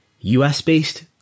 US-based